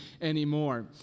anymore